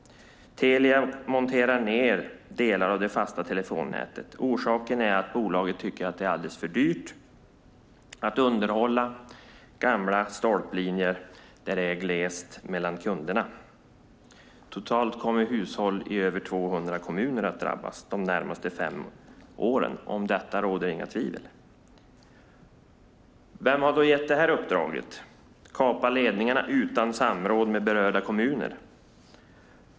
Telia drar ned delar av det fasta telefonnätet. Orsaken är att bolaget tycker att det är alldeles för dyrt att underhålla gamla stolplinjer där det är glest mellan kunderna. Totalt kommer hushåll i över 200 kommuner att drabbas under de närmaste fem åren. Det råder inga tvivel om detta. Vem har då gett detta uppdrag att kapa ledningarna utan samråd med berörda kommuner?